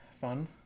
fun